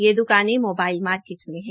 ये द्काने mobile market में है